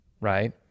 right